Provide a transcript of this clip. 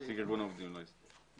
נציג ארגון עובדים, לא הסתדרות.